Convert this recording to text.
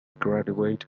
graduate